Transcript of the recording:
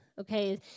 okay